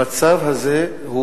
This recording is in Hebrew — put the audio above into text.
המצב הזה,